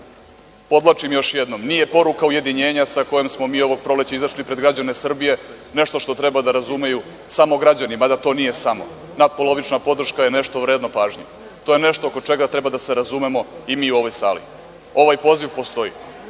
podvlačim još jednom, nije poruka ujedinjenja sa kojom smo mi ovog proleća izašli pred građane Srbije nešto što treba da razumeju samo građani, mada to nije samo. Natpolovična podrška je nešto vredno pažnje. To je nešto oko čega treba da se razumemo i mi u ovoj sali. Ovaj poziv postoji